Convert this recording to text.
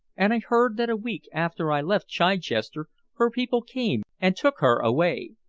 and i heard that a week after i left chichester her people came and took her away.